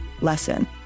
lesson